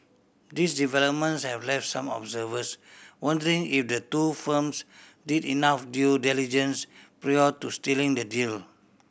these developments have left some observers wondering if the two firms did enough due diligence prior to sealing the deal